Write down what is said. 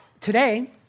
Today